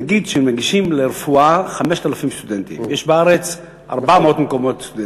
נגיד שמגישים לרפואה 5,000 סטודנטים ויש בארץ 400 מקומות.